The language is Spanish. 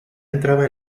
entraba